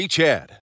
Chad